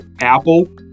Apple